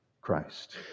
Christ